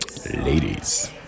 Ladies